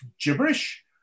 gibberish